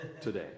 today